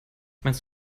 meinst